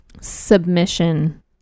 submission